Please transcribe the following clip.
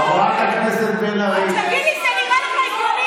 חברת הכנסת בן ארי, תגיד לי, זה נראה לך הגיוני?